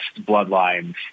bloodlines